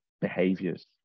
behaviors